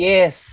Yes